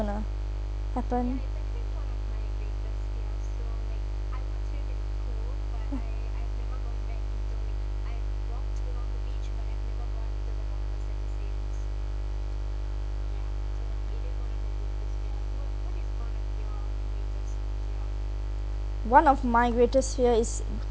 gonna happen one of my greatest fear is